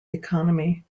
economy